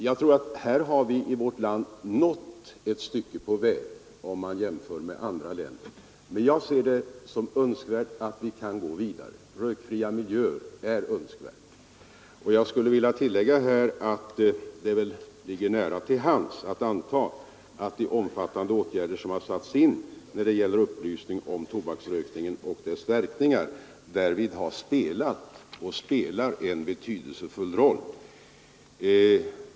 Jag tror att vi i vårt land har nått ett stycke på väg, om man jämför med andra länder, men jag ser det som väsentligt att vi kan gå vidare. Rökfria miljöer är önskvärda. Jag skulle vilja tillägga att det ligger nära till hands att anta att de omfattande åtgärder som har satts in när det gäller upplysning om tobaksrökningen och dess verkningar härvid har spelat och spelar en betydelsefull roll.